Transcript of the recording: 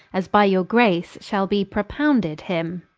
as by your grace shall be propounded him